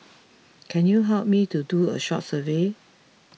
can you help me to do a short survey